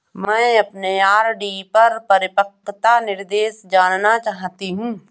मैं अपने आर.डी पर अपना परिपक्वता निर्देश जानना चाहती हूँ